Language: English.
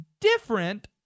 different